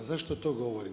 Zašto to govorim?